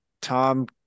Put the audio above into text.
Tom